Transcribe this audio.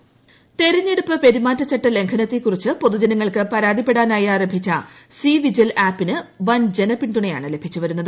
C vigil തെരഞ്ഞെടുപ്പ് പെരുമാറ്റചട്ട ലംഘന്നത്ത്ക്കുറിച്ച് പൊതുജന ങ്ങൾക്ക് പരാതിപ്പെടാനായി ആര്ഭിച്ച് സി വിജിൽ ആപ്പിന് വൻ ജന പിന്തുണയാണ് ലഭിച്ചുവരുന്നത്